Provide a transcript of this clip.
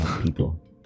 People